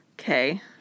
Okay